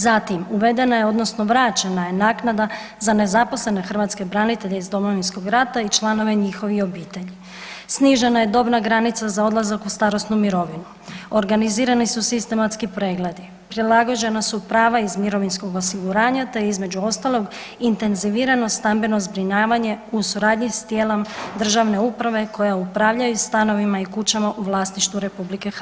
Zatim uvedena je odnosno vraćena je naknada za nezaposlene hrvatske branitelje iz Domovinskog rata i članove njihovih obitelji, snižena je dobna granica za odlazak u starosnu mirovinu, organizirani su sistematski pregledi, prilagođena su prava iz mirovinskog osiguranja, te je između ostalog intenzivirano stambeno zbrinjavanje u suradnji s tijelom državne uprave koje upravljaju stanovima i kućama u vlasništvu RH.